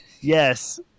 Yes